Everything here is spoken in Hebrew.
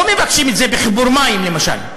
לא מבקשים את זה בחיבור מים למשל,